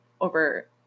over